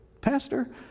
pastor